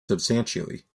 substantially